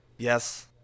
Yes